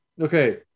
okay